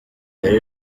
yari